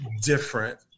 different